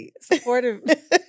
Supportive